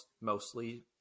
mostly